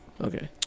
Okay